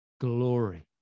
glory